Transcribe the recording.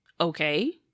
Okay